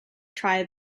try